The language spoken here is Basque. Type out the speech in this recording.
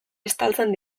estaltzen